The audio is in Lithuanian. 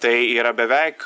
tai yra beveik